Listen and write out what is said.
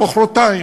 מחרתיים.